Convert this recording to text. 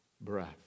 breath